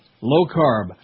low-carb